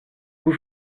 vous